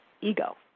ego